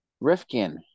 Rifkin